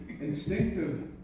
instinctive